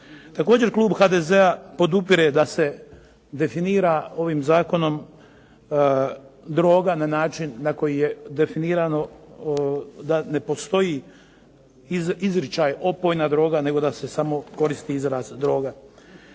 Također, klub HDZ-a podupire da se definira ovim zakonom droga na način na koji je definirano da ne postoji izričaj opojna droga, nego da se samo koristi izraz droga.